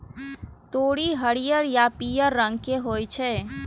तोरी हरियर आ पीयर रंग के होइ छै